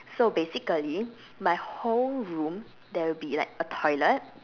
so basically my whole room there will be like a toilet